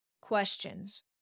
questions